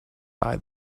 buy